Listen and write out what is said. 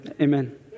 Amen